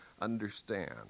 understand